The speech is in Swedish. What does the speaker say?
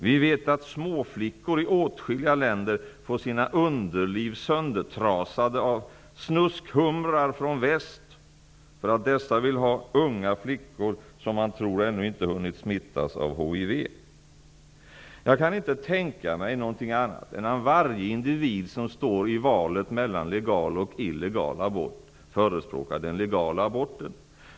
Vi vet att småflickor i åtskilliga länder får sina underliv söndertrasade av snuskhumrar från väst som vill ha unga flickor som man tror inte ännu har hunnit smittas av hiv. Jag kan inte tänka mig någonting annat än att varje individ som står mellan valet mellan legal och illegal abort förespråkar den legala aborten.